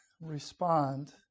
respond